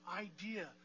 idea